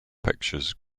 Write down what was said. pictures